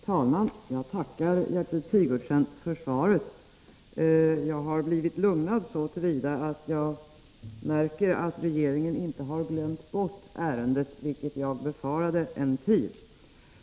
Herr talman! Jag tackar Gertrud Sigurdsen för svaret. Jag har blivit lugnad så till vida att jag märker att regeringen inte har glömt bort ärendet, vilket jag befarade en tid.